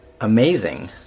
amazing